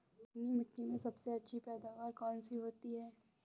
चिकनी मिट्टी में सबसे अच्छी पैदावार कौन सी होती हैं?